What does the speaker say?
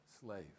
slave